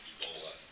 Ebola